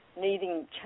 needing